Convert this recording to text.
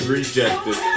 rejected